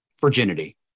virginity